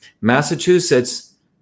Massachusetts